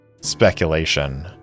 speculation